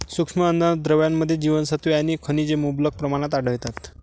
सूक्ष्म अन्नद्रव्यांमध्ये जीवनसत्त्वे आणि खनिजे मुबलक प्रमाणात आढळतात